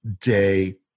day